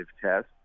test